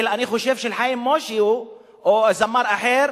אני חושב של חיים משה או זמר אחר,